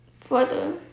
Father